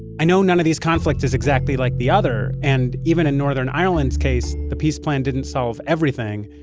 i know none of these conflicts is exactly like the other, and even in northern ireland's case, the peace plan didn't solve everything.